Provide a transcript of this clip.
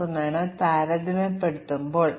ഉദാഹരണത്തിന് അൽഗോരിതം ഫോൾട്ട്കളും മറ്റും